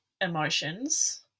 emotions